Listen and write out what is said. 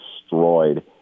destroyed